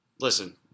listen